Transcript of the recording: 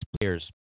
players